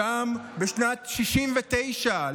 בשנת 1969,